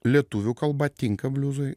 lietuvių kalba tinka bliuzui